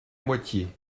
moitié